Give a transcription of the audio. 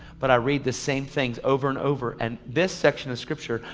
but i read the same things over and over, and this section of scripture,